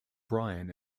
brian